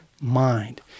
mind